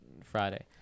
Friday